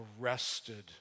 arrested